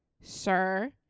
Sir